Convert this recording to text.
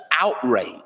outrage